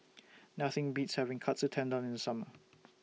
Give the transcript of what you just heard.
Nothing Beats having Katsu Tendon in The Summer